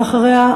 ואחריה,